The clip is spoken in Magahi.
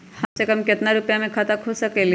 कम से कम केतना रुपया में खाता खुल सकेली?